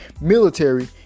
military